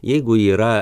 jeigu yra